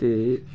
ते